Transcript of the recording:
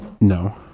no